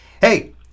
Hey